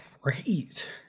great